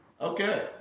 Okay